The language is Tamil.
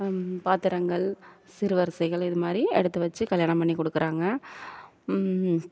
பாத்திரங்கள் சீர் வரிசைகள் இது மாதிரி எடுத்து வச்சு கல்யாணம் பண்ணிக் கொடுக்குறாங்க